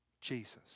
Jesus